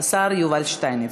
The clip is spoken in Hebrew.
השר יובל שטייניץ.